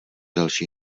další